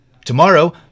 Tomorrow